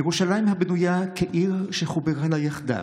ירושלים הבנויה כעיר שחברה לה יחדו.